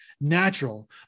natural